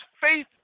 faith